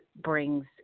brings